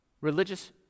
Religious